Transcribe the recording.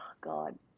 God